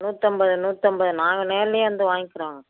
நூற்றம்பது நூற்றம்பது நாங்கள் நேர்லேயே வந்து வாங்கிக்குறோம்